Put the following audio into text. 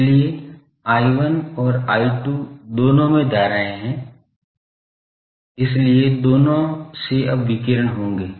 इसलिए I1 और I2 दोनों में धाराएं हैं इसलिए दोनों से अब विकीर्ण होंगे